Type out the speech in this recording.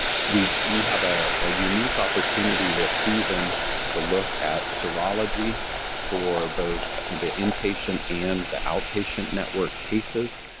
we we have a ah unique opportunity this season to look at serology for both the inpatient and the outpatient network cases.